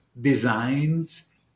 designs